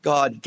God